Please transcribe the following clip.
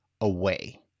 away